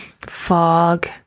fog